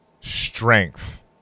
strength